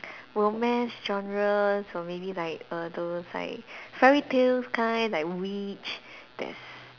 romance genres or maybe like err those like fairy tales kind like witch there's